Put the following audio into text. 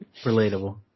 Relatable